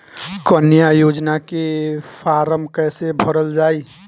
कन्या योजना के फारम् कैसे भरल जाई?